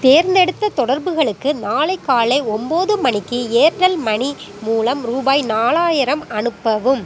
தேர்ந்தெடுத்த தொடர்புகளுக்கு நாளை காலை ஒன்பது மணிக்கு ஏர்டெல் மனி மூலம் ரூபாய் நாலாயிரம் அனுப்பவும்